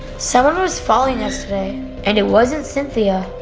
someone was following us today and it wasn't cynthia.